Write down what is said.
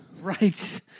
Right